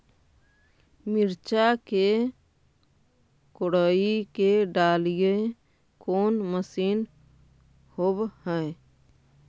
मिरचा के कोड़ई के डालीय कोन मशीन होबहय?